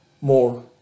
more